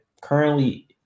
currently